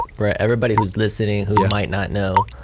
for everybody who is listening, who yeah might not know,